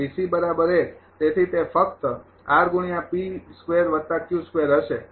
તેથી તે ફક્ત હશે